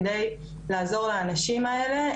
כדי לעזור לאנשים האלה,